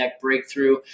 Breakthrough